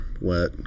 wet